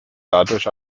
dadurch